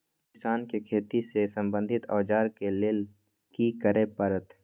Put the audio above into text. किसान के खेती से संबंधित औजार के लेल की करय परत?